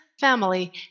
family